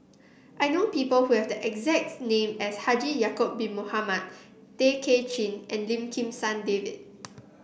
i know people who have the exact name as Haji Ya'acob Bin Mohamed Tay Kay Chin and Lim Kim San David